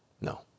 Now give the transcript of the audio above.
no